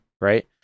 right